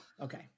Okay